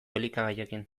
elikagaiekin